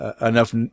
enough